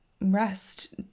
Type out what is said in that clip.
rest